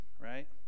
right